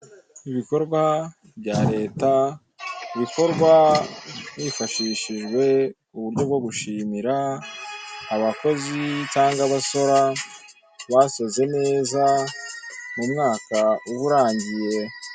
Ibikorwa bya leta bikorwa hifashishijwe uburyo bwo gushimira abakozi, cyangwa abasora basoze neza mu mwaka uba urangiye.